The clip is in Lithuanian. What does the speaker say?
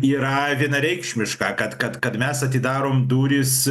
yra vienareikšmiška kad kad kad mes atidarom duris